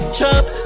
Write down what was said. Chop